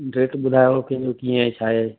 rate ॿुधायो कंहिंमें कीअं आहे छा आहे